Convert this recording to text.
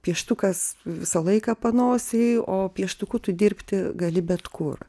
pieštukas visą laiką panosėj o pieštuku tu dirbti gali bet kur